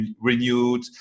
renewed